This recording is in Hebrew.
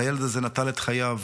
הילד הזה נטל את חייו